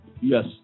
yes